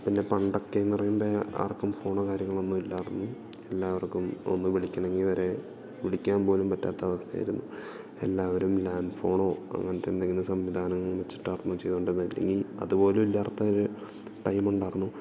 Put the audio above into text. പിന്നെ പണ്ടൊക്കെ എന്ന് പറയുമ്പോൾ ആർക്കും ഫോണോ കാര്യങ്ങളൊന്നും ഇല്ലായിരുന്നു എല്ലാവർക്കും ഒന്ന് വിളിക്കണമെങ്കിൽ വരെ വിളിക്കാൻ പോലും പറ്റാത്ത അവസ്ഥയായിരുന്നു എല്ലാവരും ലാൻഡ് ഫോണോ അങ്ങനത്തെ എന്തെങ്കിലും സംവിധാനം വെച്ചിട്ടാർന്നു ചെയ്തോണ്ടിരുന്നേ ഇനി അതുപോലും ഇല്ലാത്ത ഒരു ടൈം ഉണ്ടായിരുന്നു